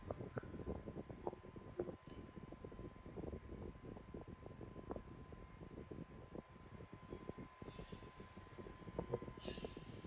mm